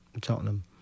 Tottenham